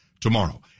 tomorrow